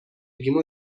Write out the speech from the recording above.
گیمو